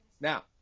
now